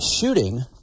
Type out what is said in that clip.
shooting